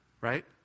right